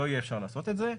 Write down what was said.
לא יהיה אפשר לעשות את זה.